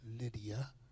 Lydia